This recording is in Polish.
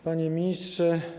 Panie Ministrze!